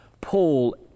Paul